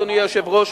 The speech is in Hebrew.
אדוני היושב-ראש,